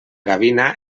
gavina